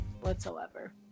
whatsoever